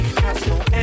castle